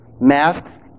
Masks